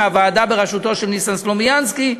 מהוועדה בראשות ניסן סלומינסקי,